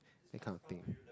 that kind of thing